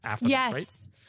Yes